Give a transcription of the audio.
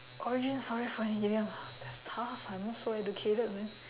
origin story for an idiom that's tough I'm not so educated man